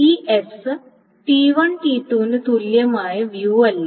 ഈ S T1T2 ന് തുല്യമായ വ്യൂ അല്ല